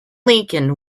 lincoln